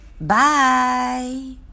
Bye